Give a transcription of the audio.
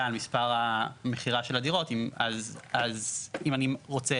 על מספר המכירה של הדירות אז אם אני רוצה